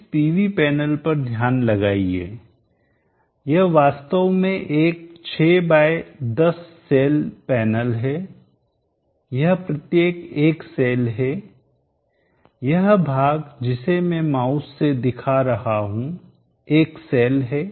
इस PV panel पर ध्यान लगाइए यह वास्तव में एक 6 बाय 10सेल पैनल है यह प्रत्येक एक सेल है यह भाग जिसे मैं माउस से दिखा रहा हूं एक सेल है